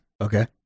Okay